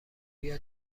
بیا